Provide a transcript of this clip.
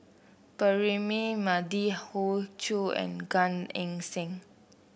Braema Mathi Hoey Choo and Gan Eng Seng